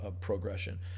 progression